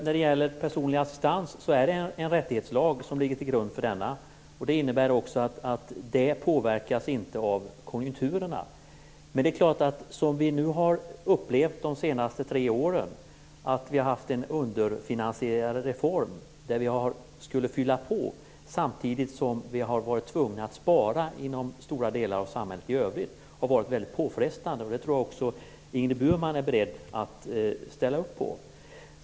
Fru talman! Det är en rättighetslag som ligger till grund för den personliga assistansen. Det innebär också att den inte påverkas av konjunkturerna. Men under de tre senaste åren har vi upplevt att vi har haft en underfinansierad reform där vi skulle fylla på samtidigt som vi har varit tvungna att spara inom stora delar av samhället i övrigt. Det har varit väldigt påfrestande. Det tror jag också att Ingrid Burman är beredd att ställa upp på.